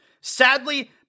Sadly